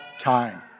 time